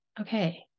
okay